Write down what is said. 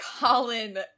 Colin